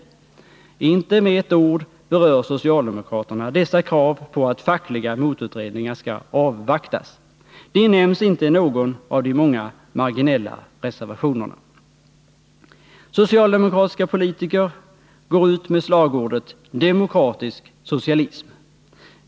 Inte med ett 9 april 1980 enda ord berör socialdemokraterna kraven på att fackliga motutredningar skall avvaktas. De nämns inte i någon av de många marginella reservationerna. Socialdemokratiska politiker går ut med slagordet demokratisk socialism.